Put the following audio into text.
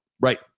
Right